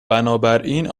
بنابراین